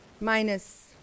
minus